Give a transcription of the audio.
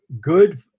good